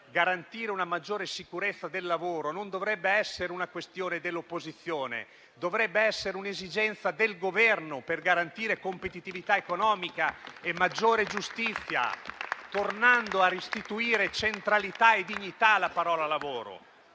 garantire una maggiore sicurezza del lavoro dovrebbero essere non una questione dell'opposizione, ma un'esigenza del Governo, per garantire competitività economica e maggiore giustizia, tornando a restituire centralità e dignità alla parola lavoro.